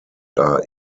are